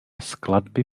skladby